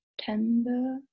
September